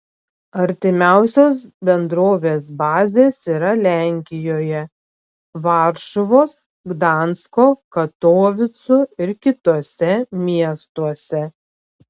artimiausios bendrovės bazės yra lenkijoje varšuvos gdansko katovicų ir kituose miestuose